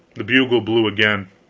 the bugle blew again.